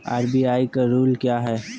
RBI का rule क्या हैं?